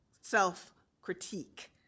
self-critique